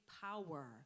power